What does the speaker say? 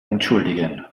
entschuldigen